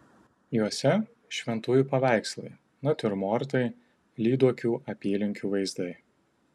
juose šventųjų paveikslai natiurmortai lyduokių apylinkių vaizdai